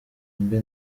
mbe